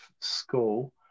school